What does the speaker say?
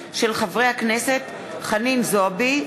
בהצעתם של חברי הכנסת חנין זועבי,